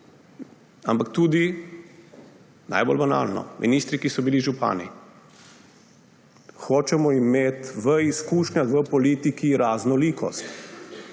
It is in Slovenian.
ampak tudi – najbolj banalno – ministri, ki so bili župani. Hočemo imeti v izkušnjah, v politiki raznolikost.